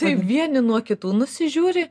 vieni nuo kitų nusižiūri